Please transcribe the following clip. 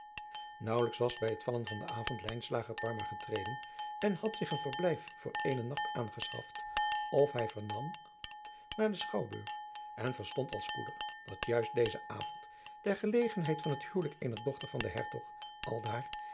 naauwelijks was bij het vallen van den avond lijnslager parma binnen gereden en had zich een adriaan loosjes pzn het leven van maurits lijnslager verblijf voor eenen nacht aangeschaft of hij vernam naar den schouwburg en verstond al spoedig dat juist dezen avond ter gelegenheid van het huwelijk eener dochter van den hertog aldaar